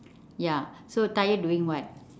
ya so tired doing what